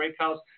Breakhouse